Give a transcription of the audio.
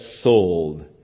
sold